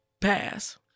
pass